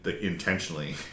intentionally